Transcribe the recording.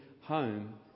home